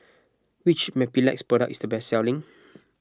which Mepilex product is the best selling